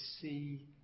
see